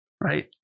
right